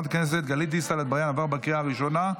עברה בקריאה הראשונה,